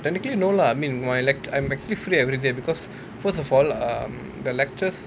technically no lah I mean my lect~ I'm actually free everyday because first of all um the lectures